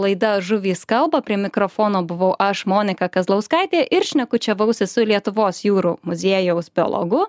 laida žuvys kalba prie mikrofono buvau aš monika kazlauskaitė ir šnekučiavausi su lietuvos jūrų muziejaus biologu